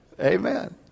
Amen